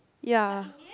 yeah